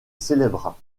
célébra